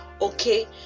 okay